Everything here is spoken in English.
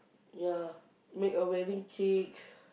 ya make a wedding cake